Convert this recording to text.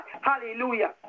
Hallelujah